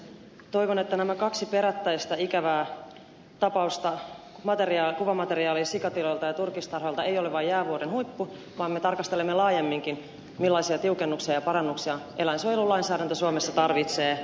toivon että nämä kaksi perättäistä ikävää tapausta kuvamateriaali sikatiloilta ja turkistarhoilta eivät ole vain jäävuoren huippu vaan me tarkastelemme laajemminkin millaisia tiukennuksia ja parannuksia eläinsuojelulainsäädäntö suomessa tarvitsee